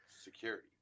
security